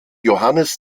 johannes